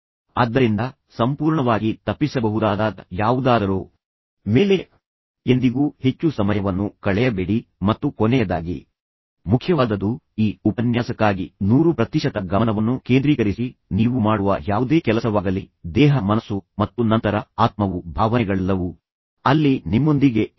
ಆದ್ದರಿಂದ ಸಂಪೂರ್ಣವಾಗಿ ತಪ್ಪಿಸಬಹುದಾದ ಯಾವುದಾದರೊ ಮೇಲೆ ಎಂದಿಗೂ ಹೆಚ್ಚು ಸಮಯವನ್ನು ಕಳೆಯಬೇಡಿ ಮತ್ತು ಕೊನೆಯದಾಗಿ ಮುಖ್ಯವಾದದ್ದು ಈ ಉಪನ್ಯಾಸಕ್ಕಾಗಿ ನೂರು ಪ್ರತಿಶತ ಗಮನವನ್ನು ಕೇಂದ್ರೀಕರಿಸಿ ನೀವು ಮಾಡುವ ಯಾವುದೇ ಕೆಲಸವಾಗಲಿ ದೇಹ ಮನಸ್ಸು ಮತ್ತು ನಂತರ ಆತ್ಮವು ಭಾವನೆಗಳೆಲ್ಲವೂ ಅಲ್ಲಿ ನಿಮ್ಮೊಂದಿಗೆ ಇರಲಿ